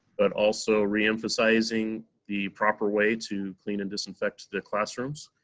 but also reemphasizing the proper way to clean and disinfect the classrooms.